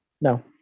No